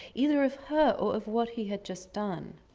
either of her or of what he had just done.